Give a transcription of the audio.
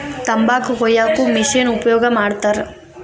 ತಂಬಾಕ ಕೊಯ್ಯಾಕು ಮಿಶೆನ್ ಉಪಯೋಗ ಮಾಡತಾರ